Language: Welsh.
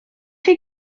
chi